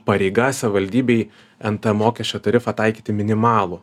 pareiga savivaldybei nt mokesčio tarifą taikyti minimalų